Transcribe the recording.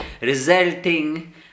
resulting